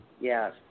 Yes